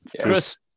Chris